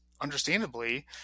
understandably